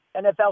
NFL